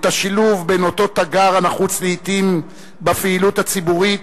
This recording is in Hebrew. את השילוב בין אותו "תגר" הנחוץ לעתים בפעילות הציבורית,